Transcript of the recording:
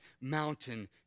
mountain